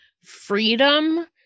freedom